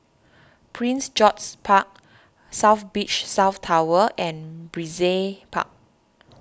Prince George's Park South Beach South Tower and Brizay Park